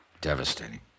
Devastating